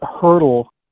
hurdle